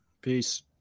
peace